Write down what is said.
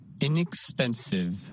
Inexpensive